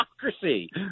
democracy